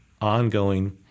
ongoing